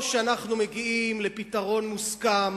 או שאנחנו מגיעים לפתרון מוסכם